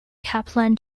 kaplan